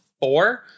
four